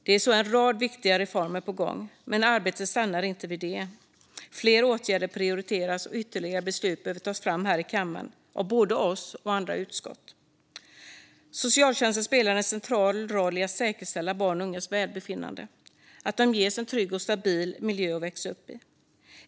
Det är alltså en rad viktiga reformer på gång, men arbetet stannar inte vid det. Fler åtgärder prioriteras, och ytterligare beslut behöver tas fram här i kammaren av både oss och andra utskott. Socialtjänsten spelar en central roll i arbetet med att säkerställa barns och ungas välbefinnande och att de ges en trygg och stabil miljö att växa upp i.